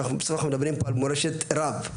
בסוף אנחנו מדברים פה על מורשת רב.